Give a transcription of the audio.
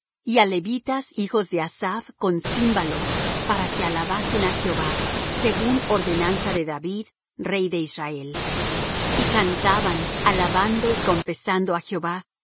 y á levitas hijos de asaph con címbalos para que alabasen á jehová según ordenanza de david rey de israel y cantaban alabando y confesando á jehová